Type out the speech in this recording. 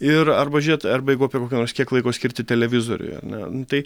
ir arba žiūrėt arba jeigu apie kokią nors kiek laiko skirti televizoriui ar ne tai